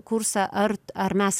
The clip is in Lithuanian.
kursą ar ar mes